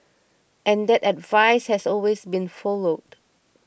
and that advice has always been followed